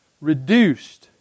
reduced